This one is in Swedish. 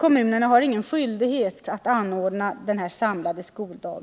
Kommunerna har emellertid ingen skyldighet att anordna samlad skoldag.